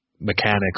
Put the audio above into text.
mechanics